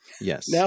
Yes